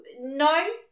No